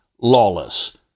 lawless